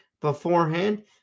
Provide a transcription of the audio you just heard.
beforehand